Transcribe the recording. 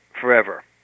forever